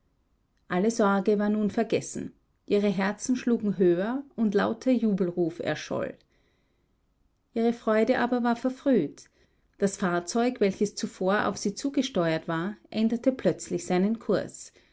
alle sorge war nun vergessen ihre herzen schlugen höher und lauter jubelruf erscholl ihre freude aber war verfrüht das fahrzeug welches zuvor auf sie zugesteuert war änderte plötzlich seinen kurs